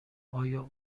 آیا